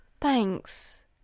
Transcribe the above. Thanks